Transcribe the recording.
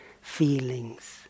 feelings